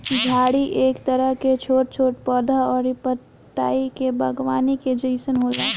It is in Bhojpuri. झाड़ी एक तरह के छोट छोट पौधा अउरी पतई के बागवानी के जइसन होला